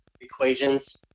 equations